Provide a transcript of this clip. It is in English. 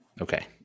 Okay